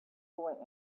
boy